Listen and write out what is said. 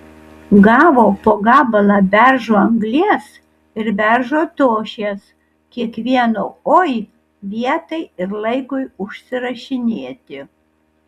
gavo po gabalą beržo anglies ir beržo tošies kiekvieno oi vietai ir laikui užsirašinėti